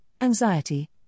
anxiety